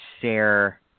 share